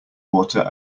water